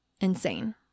insane